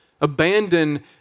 Abandon